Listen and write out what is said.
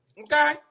Okay